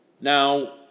Now